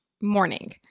morning